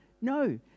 No